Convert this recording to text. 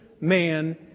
man